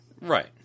Right